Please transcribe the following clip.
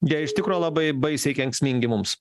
jei iš tikro labai baisiai kenksmingi mums